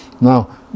Now